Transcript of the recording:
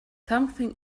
something